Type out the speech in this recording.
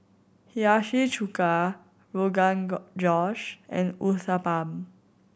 Hiyashi Chuka Rogan Josh and Uthapam